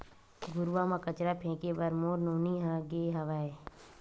घुरूवा म कचरा फेंके बर मोर नोनी ह गे हावय